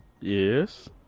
Yes